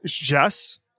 Yes